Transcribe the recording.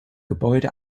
gebäude